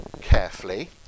carefully